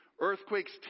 Earthquakes